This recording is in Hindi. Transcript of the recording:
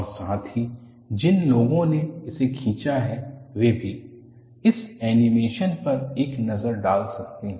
और साथ ही जिन लोगों ने इसे खींचा है वे भीl इस एनीमेशन पर एक नज़र डाल सकते हैं